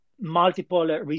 multiple